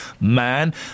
man